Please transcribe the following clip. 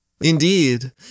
Indeed